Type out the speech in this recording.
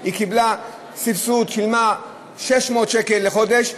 היא קיבלה סבסוד ושילמה 600 שקל לחודש,